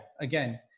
Again